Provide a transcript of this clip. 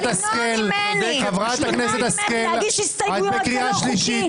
אבל למנוע ממני להגיש הסתייגויות זה לא חוקי.